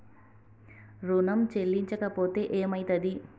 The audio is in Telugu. ఋణం చెల్లించకపోతే ఏమయితది?